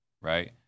right